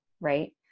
right